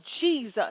Jesus